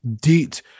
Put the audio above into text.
Deet